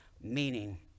Meaning